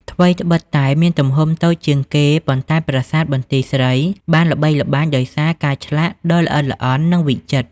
ថ្វីត្បិតតែមានទំហំតូចជាងគេ ប៉ុន្តែប្រាសាទបន្ទាយស្រីបានល្បីល្បាញដោយសារការឆ្លាក់ដ៏ល្អិតល្អន់ និងវិចិត្រ។